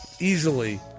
easily